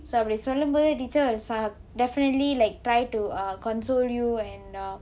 so அப்படி சொல்லும் போது:appadi sollum pothu teacher will definitely like try to uh console and uh